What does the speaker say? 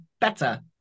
Better